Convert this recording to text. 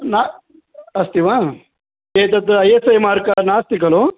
न अस्ति वा एतत् ऐ एस् ऐ मार्क् कर् नास्ति खलु